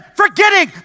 forgetting